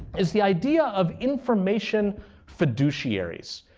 is the idea of information fiduciaries.